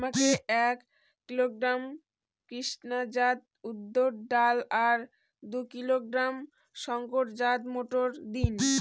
আমাকে এক কিলোগ্রাম কৃষ্ণা জাত উর্দ ডাল আর দু কিলোগ্রাম শঙ্কর জাত মোটর দিন?